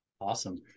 Awesome